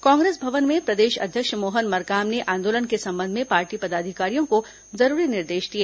कांग्रेस भवन में प्रदेश अध्यक्ष मोहन मरकाम ने आंदोलन के संबंध में पार्टी पदाधिकारियों को जरूरी निर्देश दिए